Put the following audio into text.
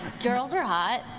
girls are hot.